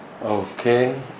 Okay